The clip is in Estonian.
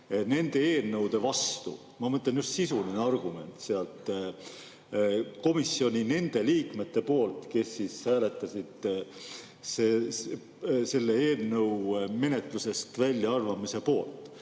nende eelnõude vastu? Ma mõtlen, just sisuline argument komisjoni nende liikmete poolt, kes hääletasid selle eelnõu menetlusest väljaarvamise poolt.